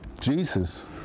Jesus